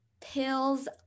pills